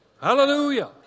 Hallelujah